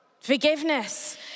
Forgiveness